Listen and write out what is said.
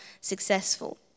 successful